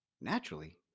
Naturally